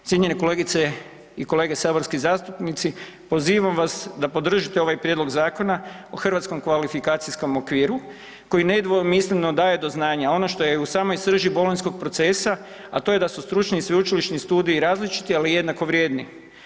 Cijenjene kolegice i kolege saborski zastupnici, pozivam vas da podržite ovaj Prijedlog Zakona o Hrvatskom kvalifikacijskom okviru, koji nedvosmisleno daje do znanja ono što je u samoj srži bolonjskog procesa, a to je da su stručni i sveučilišni studiji različiti, ali jednako vrijedni.